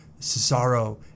Cesaro